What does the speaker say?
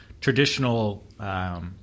traditional